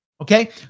okay